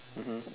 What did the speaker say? mmhmm